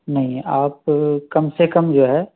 نہیں آپ کم سے کم جو ہے